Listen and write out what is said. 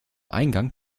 eingang